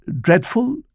dreadful